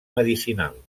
medicinal